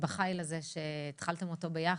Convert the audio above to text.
בחיל הזה שהתחלתם אותו ביחד,